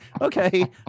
okay